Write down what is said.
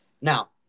Now